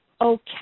okay